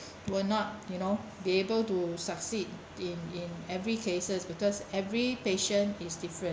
will not you know be able to succeed in in every cases because every patient is different